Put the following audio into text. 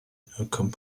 beauregard